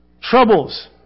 Troubles